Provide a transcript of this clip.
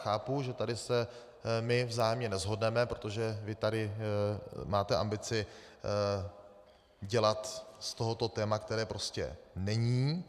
Chápu, že tady se vzájemně neshodneme, protože vy tady máte ambici dělat z tohoto téma, které prostě není.